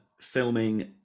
filming